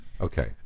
Okay